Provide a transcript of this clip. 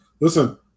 Listen